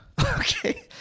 Okay